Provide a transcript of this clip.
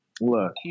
Look